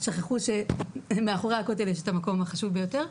שכחו שמאחורי הכותל יש את המקום החשוב ביותר,